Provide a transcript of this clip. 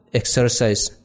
exercise